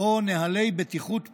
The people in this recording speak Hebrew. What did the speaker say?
או נוהלי בטיחות פנימיים,